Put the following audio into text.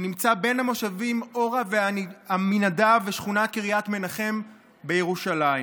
שנמצא בין המושבים אורה ועמינדב ושכונת קריית מנחם בירושלים.